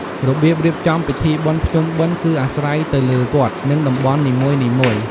របៀបរៀបចំពិធីបុណ្យភ្ជុំបិណ្ឌគឺអាស្រ័យទៅលើវត្ត និងតំបន់នីមួយៗ។